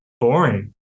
boring